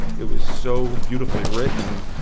it was so beautifully written.